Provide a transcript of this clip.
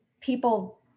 people